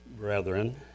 brethren